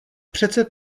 přece